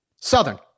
Southern